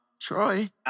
Troy